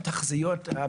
תחזיות?